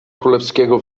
królewskiego